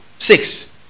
Six